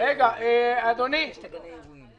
ה-10% או ה-20% אחרונים,